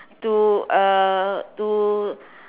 to uh to